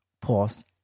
pause